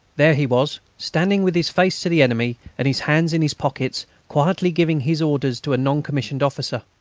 there he was, standing with his face to the enemy, and his hands in his pockets, quietly giving his orders to a non-commissioned officer.